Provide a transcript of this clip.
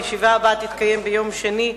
הישיבה הבאה תתקיים ביום שני,